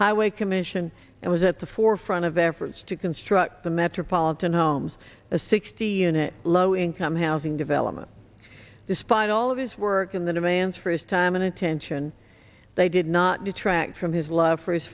highway commission and was at the forefront of efforts to construct the metropolitan homes a sixty unit low income housing development despite all of his work and the demands for his time and attention they did not detract from his love for his